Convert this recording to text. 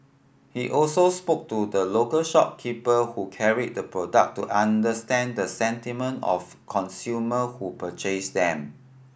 he also spoke to the local shopkeeper who carried the product to understand the sentiment of consumer who purchased them